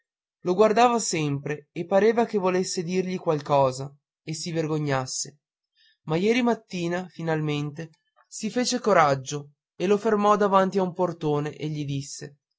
lo guardava sempre e pareva che volesse dirgli qualcosa e si vergognasse ma ieri mattina finalmente si fece coraggio e lo fermò davanti a un portone e gli disse